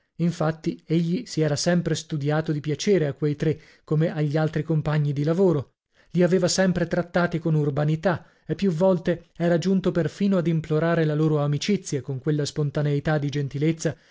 infatti egli si era sempre studiato di piacere a quei tre come agli altri compagni di lavoro li aveva sempre trattati con urbanità e più volte era giunto perfino ad implorare la loro amicizia con quella spontaneità di gentilezza